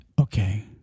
Okay